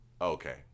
Okay